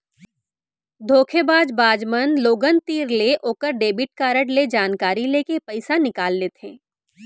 धोखेबाज बाज मन लोगन तीर ले ओकर डेबिट कारड ले जानकारी लेके पइसा निकाल लेथें